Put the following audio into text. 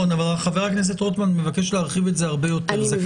אבל חבר הכנסת רוטמן מבקש להרחיב את זה הרבה יותר.